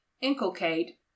inculcate